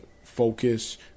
Focus